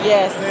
Yes